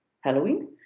Halloween